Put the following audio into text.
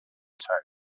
tone